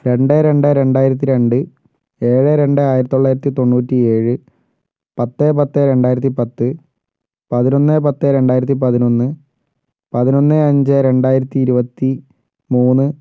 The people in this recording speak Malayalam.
രണ്ട് രണ്ട് രണ്ടായിരത്തി രണ്ട് ഏഴ് രണ്ട് ആയിരത്തിത്തൊള്ളായിരത്തി തൊണ്ണൂറ്റി ഏഴ് പത്ത് പത്ത് രണ്ടായിരത്തി പത്ത് പതിനൊന്ന് പത്ത് രണ്ടായിരത്തി പതിനൊന്ന് പതിനൊന്ന് അഞ്ച് രണ്ടായിരത്തി ഇരുപത്തി മൂന്ന്